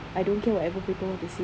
I don't care whatever people want to say